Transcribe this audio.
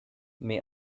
may